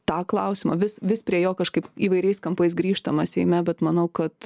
tą klausimą vis vis prie jo kažkaip įvairiais kampais grįžtama seime bet manau kad